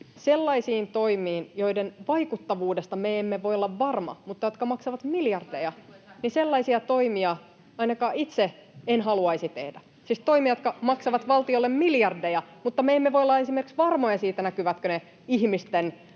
Sellaisia toimia, joiden vaikuttavuudesta me emme voi olla varmoja mutta jotka maksavat miljardeja, [Leena Meren välihuuto] ainakaan itse en haluaisi tehdä — siis toimia, jotka maksavat valtiolle miljardeja, mutta me emme voi olla esimerkiksi varmoja siitä, näkyvätkö ne ihmisten